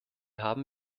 haben